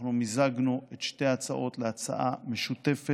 אנחנו מיזגנו את שתי ההצעות להצעה משותפת